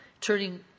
turning